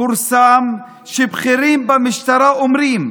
פורסם שבכירים במשטרה אומרים